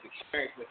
experience